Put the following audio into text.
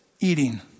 eating